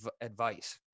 advice